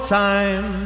time